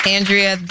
Andrea